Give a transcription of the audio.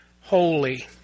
holy